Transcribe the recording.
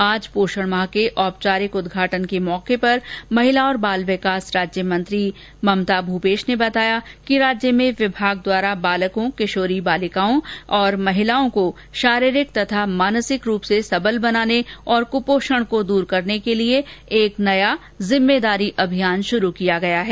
आज पोषण माह के औपचारिक उद्घाटन के मौके पर महिला और बाले विकास मंत्री राज्यमंत्री ने बताया कि राज्य में विभाग द्वारा बालकों किशोरी बालिकाओं और महिलाओं को शारीरिक तथा मानसिक रूप से सबल बनाने और कुपोषण को दूर करने के लिए एक नया जिम्मेदारी अभियान शुरू किया गया है